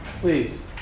Please